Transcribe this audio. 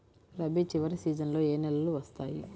రబీ చివరి సీజన్లో ఏ నెలలు వస్తాయి?